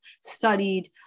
studied